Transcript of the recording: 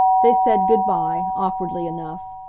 they said good-by, awkwardly enough.